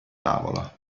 tavola